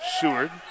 Seward